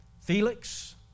Felix